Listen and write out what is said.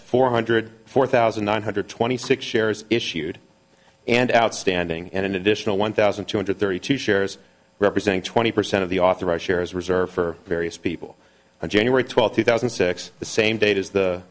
four hundred four thousand one hundred twenty six shares issued and outstanding and an additional one thousand two hundred thirty two shares representing twenty percent of the authorized shares reserved for various people on january twelfth two thousand and six the same date as the